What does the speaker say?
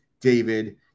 David